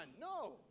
no